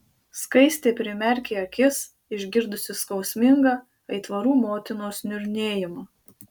skaistė primerkė akis išgirdusi skausmingą aitvarų motinos niurnėjimą